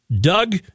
Doug